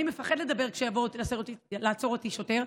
אני מפחד לדבר כשיבוא לעצור אותי שוטר,